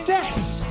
Texas